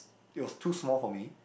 it was too small for me